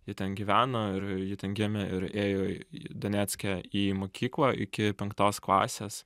ji ten gyveno ir ji ten gimė ir ėjo į donecke į mokyklą iki penktos klasės